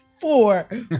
four